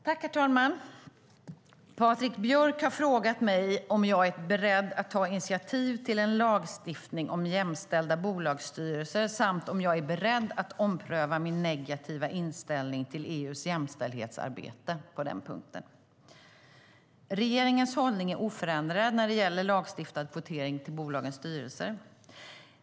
Herr talman! Patrik Björck har frågat mig om jag är beredd att ta initiativ till en lagstiftning om jämställda bolagsstyrelser samt om jag är beredd att ompröva min negativa inställning till EU:s jämställdhetsarbete på den punkten. Regeringens hållning är oförändrad när det gäller lagstiftad kvotering till bolagens styrelser.